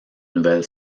nouvelle